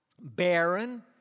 barren